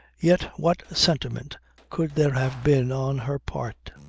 yet what sentiment could there have been on her part?